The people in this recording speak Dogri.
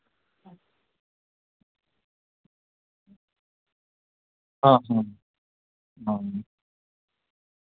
आं आं